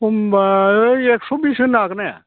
खमबा एकस' बिस होनो हागोनना हाया